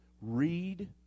Read